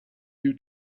you